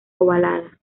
ovalada